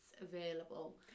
available